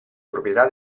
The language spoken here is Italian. proprietà